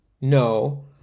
no